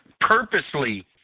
purposely